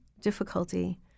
difficulty